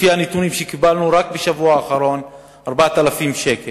לפי הנתונים שקיבלנו רק בשבוע האחרון, 4,000 שקל.